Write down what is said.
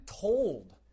told